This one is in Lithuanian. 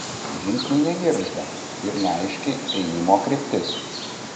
žingsniai negirgžda ir neaiški ėjimo kryptis